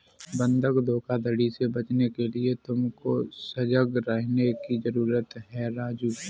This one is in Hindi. बंधक धोखाधड़ी से बचने के लिए तुमको सजग रहने की जरूरत है राजु